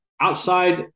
outside